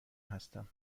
هستم